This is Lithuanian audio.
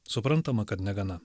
suprantama kad negana